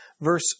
verse